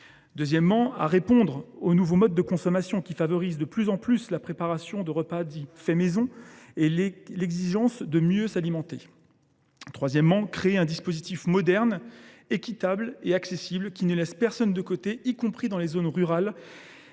Deuxièmement, nous devrons répondre aux nouveaux modes de consommation, qui favorisent de plus en plus la préparation de repas faits maison et l’exigence de mieux s’alimenter. Troisièmement, il nous faudra créer un dispositif moderne, équitable et accessible, qui ne laisse personne de côté, y compris dans les zones rurales